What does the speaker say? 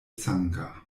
sanga